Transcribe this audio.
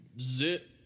Zit